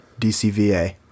DCVA